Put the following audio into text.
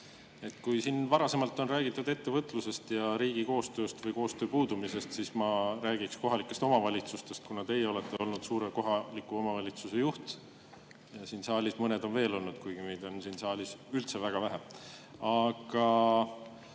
Kui varasemalt on räägitud ettevõtluse ja riigi koostööst või selle koostöö puudumisest, siis ma räägiksin kohalikest omavalitsustest, kuna teie olete olnud suure kohaliku omavalitsuse juht. Siin saalis on mõned veel seda olnud, kuigi jah, meid on siin saalis praegu üldse väga vähe. Aga